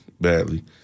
Badly